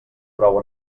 prou